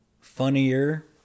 funnier